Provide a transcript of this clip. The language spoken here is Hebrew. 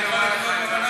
שאני אוכל לקנות,